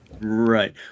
Right